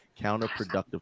counterproductive